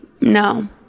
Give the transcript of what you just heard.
No